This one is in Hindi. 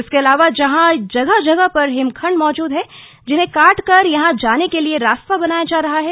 इसके अलावा यहां जगह जगह पर हिमखंड मौजूद हैं जिन्हे काटकर यहां जाने के लिए रास्ता बनाया जा रहा है